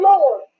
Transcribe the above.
Lord